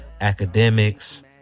Academics